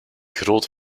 grote